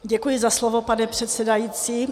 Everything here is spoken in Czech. Děkuji za slovo, pane předsedající.